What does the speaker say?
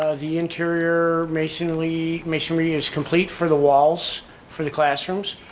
ah the interior masonry masonry is complete for the walls for the classrooms.